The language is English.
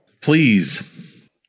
please